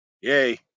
Yay